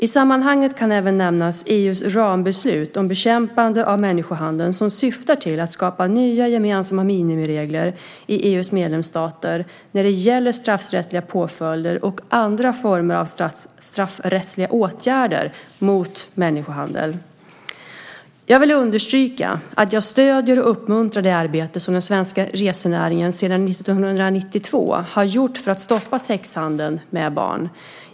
I sammanhanget kan även nämnas EU:s rambeslut om bekämpande av människohandel som syftar till att skapa nya gemensamma minimiregler i EU:s medlemsstater när det gäller straffrättsliga påföljder och andra former av straffrättsliga åtgärder mot människohandel. Jag vill understryka att jag stöder och uppmuntrar det arbete som den svenska resenäringen sedan 1992 har gjort för att stoppa sexhandeln med barn.